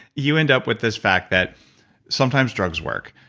you end up with this fact that sometimes drugs work.